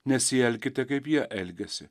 nesielkite kaip jie elgiasi